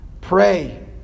pray